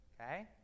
Okay